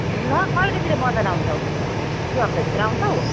ल कहिलेतिर बजार आउँछौ यो हप्ताभित्र आउँछौ